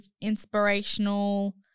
inspirational